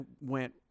went